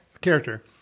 Character